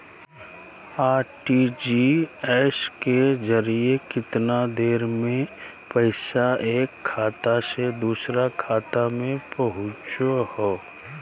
RTGS के जरिए कितना देर में पैसा एक खाता से दुसर खाता में पहुचो है?